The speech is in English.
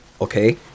okay